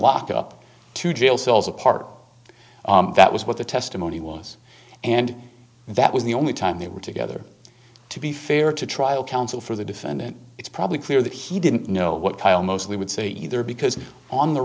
locked up to jail cells apart that was what the testimony was and that was the only time they were together to be fair to trial counsel for the defendant it's probably clear that he didn't know what kyle mostly would say either because on the